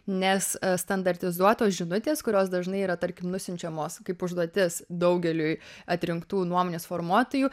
nes standartizuotos žinutės kurios dažnai yra tarkim nusiunčiamos kaip užduotis daugeliui atrinktų nuomonės formuotojų